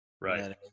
Right